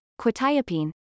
quetiapine